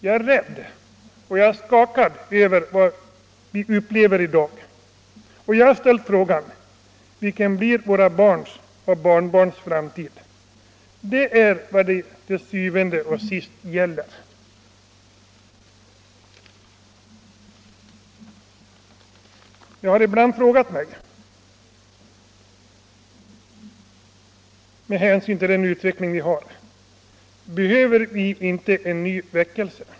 Jag är rädd och skakad över vad vi upplever i dag. Och jag har ställt frågan: Vilken blir våra barns och barnbarns framtid? Det är vad det til syvende og sidst gäller. Jag har ibland frågat mig, med hänsyn till den utveckling vi har: Behöver vi inte en ny väckelse?